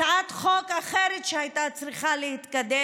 הצעת חוק אחרת שאולי הייתה צריכה להתקדם,